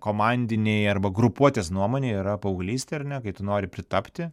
komandinei arba grupuotės nuomonei yra paauglystė ar ne kai tu nori pritapti